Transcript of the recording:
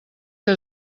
que